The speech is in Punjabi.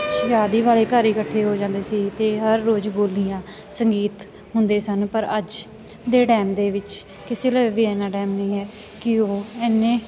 ਸ਼ਾਦੀ ਵਾਲੇ ਘਰ ਹੀ ਇਕੱਠੇ ਹੋ ਜਾਂਦੇ ਸੀ ਅਤੇ ਹਰ ਰੋਜ਼ ਬੋਲੀਆਂ ਸੰਗੀਤ ਹੁੰਦੇ ਸਨ ਪਰ ਅੱਜ ਦੇ ਟਾਈਮ ਦੇ ਵਿੱਚ ਕਿਸੇ ਲਈ ਵੀ ਇੰਨਾ ਟਾਈਮ ਨਹੀਂ ਹੈ ਕਿ ਉਹ ਇੰਨੇ